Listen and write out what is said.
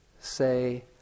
say